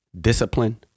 discipline